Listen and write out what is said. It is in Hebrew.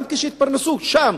גם כשיתפרנסו שם,